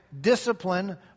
discipline